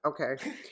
okay